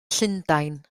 llundain